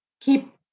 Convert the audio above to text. keep